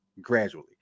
gradually